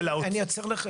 עושים.